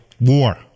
War